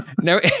no